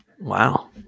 Wow